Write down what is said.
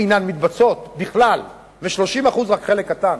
אינן מתבצעות בכלל, ו-30% רק חלק קטן.